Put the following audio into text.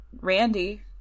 Randy